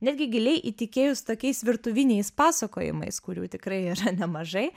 netgi giliai įtikėjus tokiais virtuviniais pasakojimais kurių tikrai yra nemažai